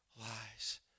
lies